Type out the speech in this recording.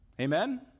Amen